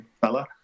fella